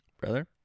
brother